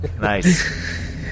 Nice